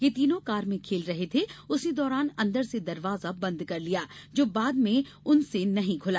यह तीनों कार में खेल रहे थे उसी दौरान अंदर से दरवाजा बंद कर लिया जो बाद में उनसे नहीं खुला